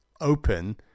open